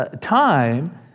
time